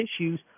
issues